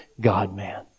God-man